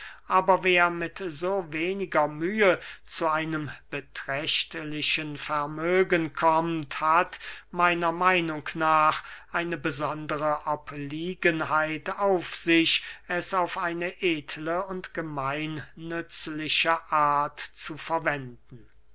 aber wer mit so weniger mühe zu einem beträchtlichen vermögen kommt hat meiner meinung nach eine besondere obliegenheit auf sich es auf eine edle und gemeinnützliche art zu verwenden